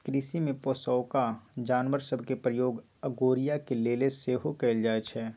कृषि में पोशौआका जानवर सभ के प्रयोग अगोरिया के लेल सेहो कएल जाइ छइ